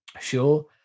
Sure